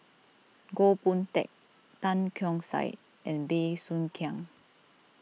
Goh Boon Teck Tan Keong Saik and Bey Soo Khiang